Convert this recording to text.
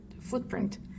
footprint